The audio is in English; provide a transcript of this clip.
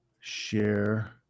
Share